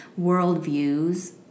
worldviews